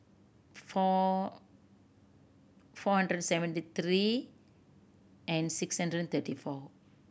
four four hundred seventy three and six hundred thirty four